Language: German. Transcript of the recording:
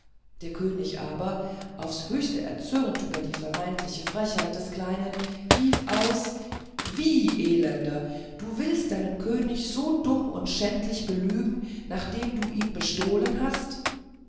der könig aber aufs höchste erzürnt über die vermeintliche frechheit des kleinen rief aus wie elender du willst deinen könig so dumm und schändlich belügen nachdem du ihn bestohlen hast